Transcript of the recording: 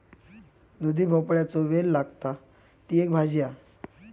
दुधी भोपळ्याचो वेल लागता, ती एक भाजी हा